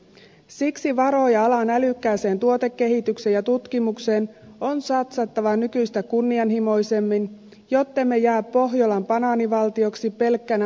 siksi varoja alan älykkääseen tuotekehitykseen ja tutkimukseen on satsattava nykyistä kunnianhimoisemmin jottemme jää pohjolan banaanivaltioksi pelkkänä materiaali aittana